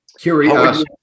Curious